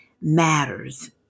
matters